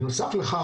בנוסף לכך,